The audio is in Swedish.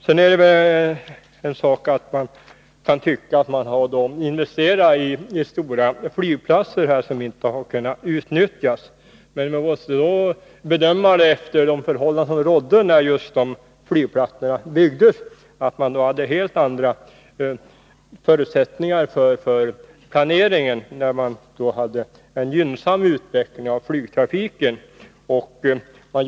Man kan naturligtvis tycka att investeringar har gjorts i stora flygplatser som inte har utnyttjats, men man måste bedöma detta efter de förhållanden som rådde när flygplatserna byggdes, då man genom en gynnsam utveckling av flygtrafiken hade helt andra förutsättningar för planeringen.